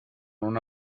una